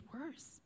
worse